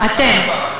אתם.